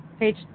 page